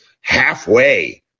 halfway